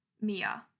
Mia